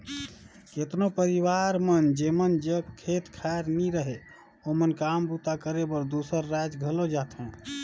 केतनो परिवार मन जेमन जग खेत खाएर नी रहें ओमन काम बूता करे बर दूसर राएज घलो जाथें